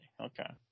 Okay